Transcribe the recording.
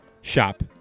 shop